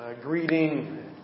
greeting